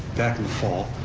back in the fall,